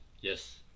yes